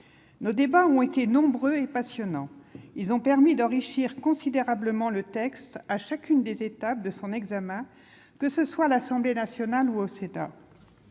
Nos débats ont été nombreux et passionnants. Ils ont permis d'enrichir considérablement le texte, à chacune des étapes de son examen, tant à l'Assemblée nationale qu'au Sénat.